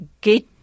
get